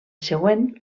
següent